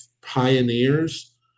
pioneers